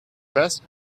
best